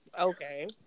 Okay